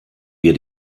wir